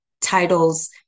titles